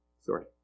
Sorry